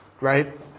right